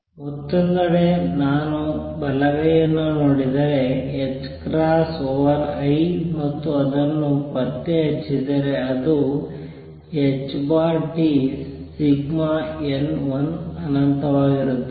ಮತ್ತೊಂದೆಡೆ ನಾನು ಬಲಗೈಯನ್ನು ನೋಡಿದರೆ h ಕ್ರಾಸ್ ಓವರ್ i ಮತ್ತು ಅದನ್ನು ಪತ್ತೆಹಚ್ಚಿದರೆ ಅದು in1 ಅನಂತವಾಗಿರುತ್ತದೆ